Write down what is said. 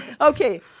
Okay